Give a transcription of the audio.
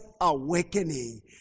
awakening